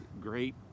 great